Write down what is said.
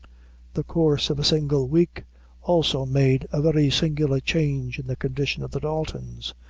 the course of a single week also made a very singular change in the condition of the daltons.